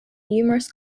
numerous